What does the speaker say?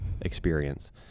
experience